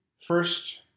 First